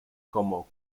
como